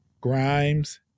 Grimes